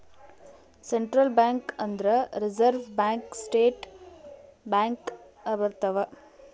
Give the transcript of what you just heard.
central bank ಅಂದ್ರ reserve bank state bank ಬರ್ತವ